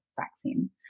vaccine